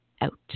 out